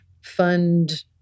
fund